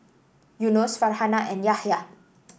Yunos Farhanah and Yahya